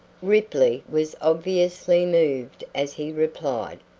ripley was obviously moved as he replied,